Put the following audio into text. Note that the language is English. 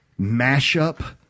mashup